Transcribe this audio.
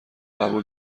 قبول